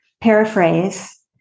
Paraphrase